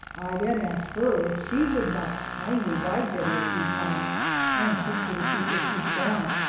i then asked her if she would not kindly ride bettie a few times and teach her to keep her feet down.